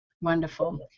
Wonderful